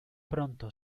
pronto